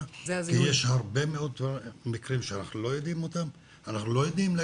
כי יש הרבה מאוד מקרים שאנחנו לא יודעים אותם,